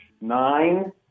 Nine